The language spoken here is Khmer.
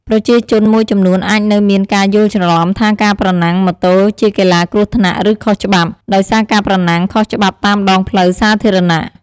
ប្រជាជនមួយចំនួនអាចនៅមានការយល់ច្រឡំថាការប្រណាំងម៉ូតូជាកីឡាគ្រោះថ្នាក់ ឬខុសច្បាប់ ដោយសារការប្រណាំងខុសច្បាប់តាមដងផ្លូវសាធារណៈ។